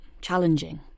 challenging